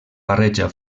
barreja